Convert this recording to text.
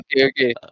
okay